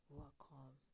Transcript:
welcome